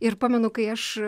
ir pamenu kai aš